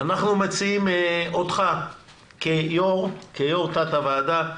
אנחנו מציעים אותך כיושב-ראש תת הוועדה.